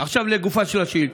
עכשיו לגופה של השאילתה.